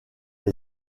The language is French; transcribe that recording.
les